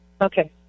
Okay